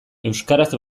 euskaraz